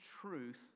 truth